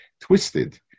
twisted